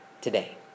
today